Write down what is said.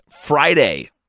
Friday